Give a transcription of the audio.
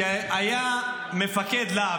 שהיה מפקד להב,